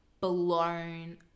blown